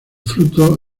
fruto